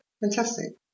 Fantastic